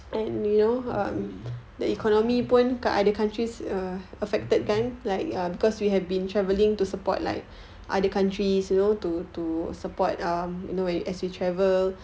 hopefully